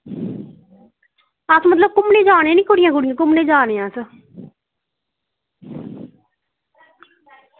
ते अस ना कुड़ियां कुड़ियां ना घुम्मनै गी दस्स